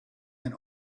and